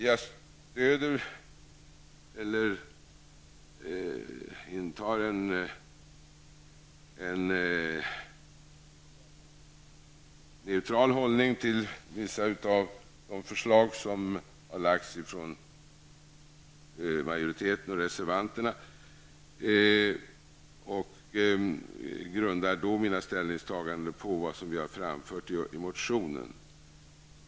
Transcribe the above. Jag intar en neutral hållning till vissa av de förslag som lagts fram av majoriteten och reservanterna och grundar då mina ställningstaganden på vad vi har framfört i motionen.